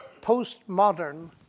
postmodern